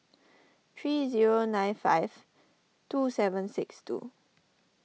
three zero nine five two seven six two